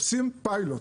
עושים פיילוט.